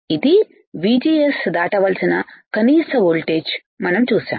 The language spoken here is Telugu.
ఇది VGS దాటవలసిన కనీస వోల్టేజ్ మనం చూశాము